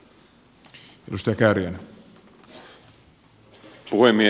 herra puhemies